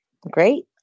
Great